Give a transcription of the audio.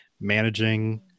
managing